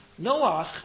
Noach